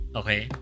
okay